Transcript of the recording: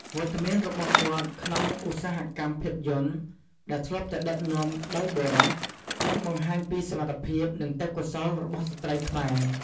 វត្តមានរបស់គាត់ក្នុងឧស្សាហកម្មភាពយន្តដែលធ្លាប់តែដឹកនាំដោយបុរស បានបង្ហាញពីសមត្ថភាព និងទេពកោសល្យរបស់ស្ត្រីខ្មែរ។